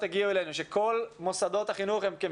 בתחקירים,